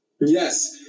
Yes